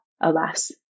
alas